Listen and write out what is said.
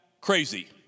crazy